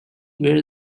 where